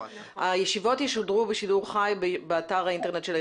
הישיבות ישודרו בשידור חי באתר האינטרנט של העירייה,